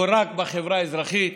או רק בחברה האזרחית,